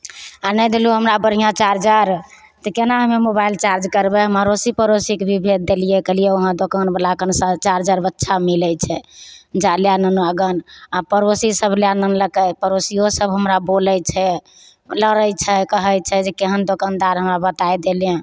आ नहि देलहो हमरा बढ़िआँ चार्जर तऽ केना हमे मोबाइल चार्ज करबय हम अड़ोसी पड़ोसीके भी भेज देलियै कहलियै वहाँ दोकानवला कन चार्जर अच्छा मिलय छै जा ले आन गन आओर पड़ोसी सब लए अनलकय पड़ोसियो सब हमरा बोलय छै लड़य छै कहय छै जे केहन दोकानदार हमरा बताय देले